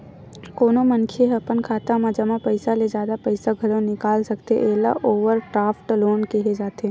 कोनो मनखे ह अपन खाता म जमा पइसा ले जादा पइसा घलो निकाल सकथे एला ओवरड्राफ्ट लोन केहे जाथे